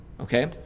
Okay